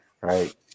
right